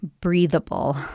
breathable